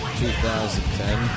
2010